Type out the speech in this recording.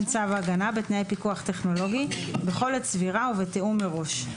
צו ההגנה בתנאי פיקוח טכנולוגי בכל עת סבירה ובתיאום מראש.